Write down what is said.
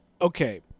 Okay